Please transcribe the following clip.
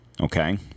Okay